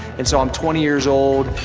and so i'm twenty years old,